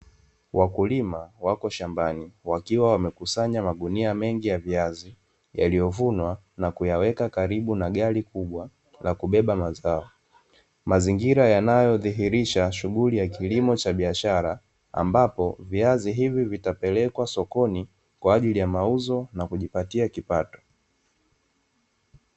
Wakulima wapo shambani wakiwa wamekusanya magunia mengi ya viazi, yaliyovunwa na kuyaweka karibu na gari kubwa la kubeba mazao, mazingira yanayodhihirisha shughuli ya kilimo cha biashara, ambapo viazi hivi vitapelekwa sokoni kwaajili ya mauzo na kujipatia kipato.